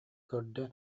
көрдө